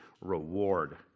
reward